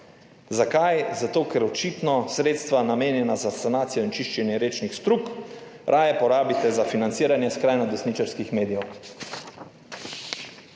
Zakaj? Zato, ker očitno sredstva namenjena za sanacijo in čiščenje rečnih strug raje porabite za financiranje skrajno desničarskih medijev.